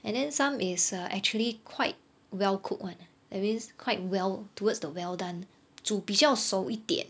and then some is uh actually quite well cooked one uh that means quite well towards the well done 煮比较熟一点